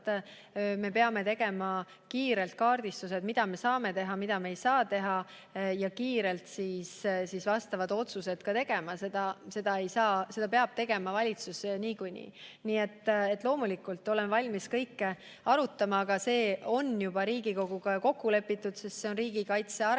me peame tegema kiirelt kaardistused, mida me saame teha ja mida me ei saa teha, ning kiirelt vastavad otsused tegema. Seda peab valitsus tegema niikuinii. Nii et loomulikult olen valmis kõike arutama, aga see on juba Riigikoguga kokku lepitud, sest me lihtsalt riigikaitse arengukava